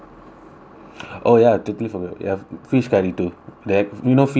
oh ya totally forgot ya fish curry too that you know fish head curry